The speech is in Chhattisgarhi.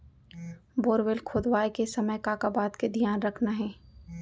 बोरवेल खोदवाए के समय का का बात के धियान रखना हे?